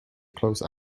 close